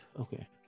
okay